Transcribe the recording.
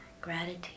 Gratitude